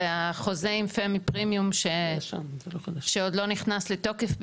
זה החוזה עם פמי פרימיום שעוד לא נכנס לתוקף,